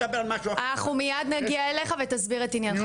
אנחנו מיד נגיע אליך ותסביר את עניינך,